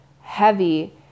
heavy